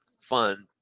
fun